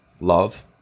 love